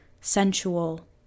sensual